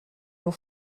nur